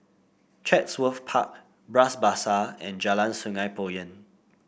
Chatsworth Park Bras Basah and Jalan Sungei Poyan